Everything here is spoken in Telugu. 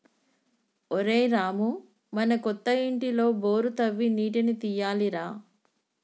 ఒరేయ్ రామూ మన కొత్త ఇంటిలో బోరు తవ్వి నీటిని తీయాలి రా